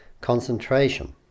Concentration